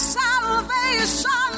salvation